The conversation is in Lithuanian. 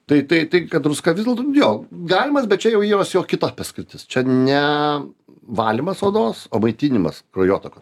tai tai tai kad druska vis dėlto jo galimas bet čia jau jos jau kita paskirtis čia ne valymas odos o maitinimas kraujotakos